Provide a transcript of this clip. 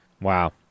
Wow